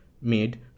made